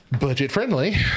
budget-friendly